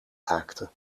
raakte